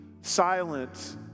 silent